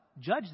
judge